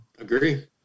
Agree